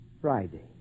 Friday